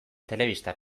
telebista